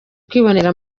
kwibonera